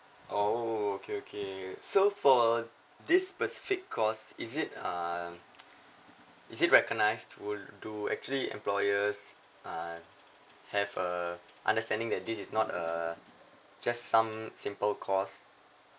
oh okay okay so for this specific course is it uh is it recognised will do actually employers uh have uh understanding that this is not a just some simple course